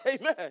amen